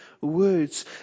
words